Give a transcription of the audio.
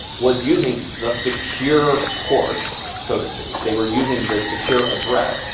was using the secure port, so to speak. they were using the secure address,